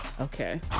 okay